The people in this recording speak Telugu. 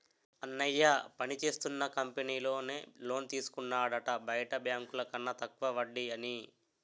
అన్నయ్య పనిచేస్తున్న కంపెనీలో నే లోన్ తీసుకున్నాడట బయట బాంకుల కన్న తక్కువ వడ్డీ అని